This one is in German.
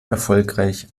erfolgreich